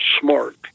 smart